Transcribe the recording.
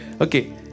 Okay